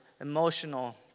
emotional